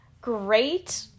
Great